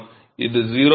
இது 0